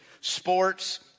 Sports